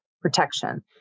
protection